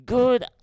Good